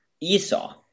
Esau